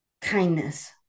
kindness